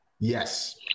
yes